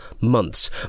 months